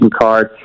card